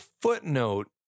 footnote